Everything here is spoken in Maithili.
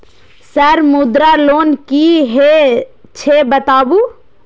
सर मुद्रा लोन की हे छे बताबू?